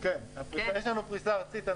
כן, יש לנו פריסה ארצית.